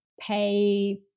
pay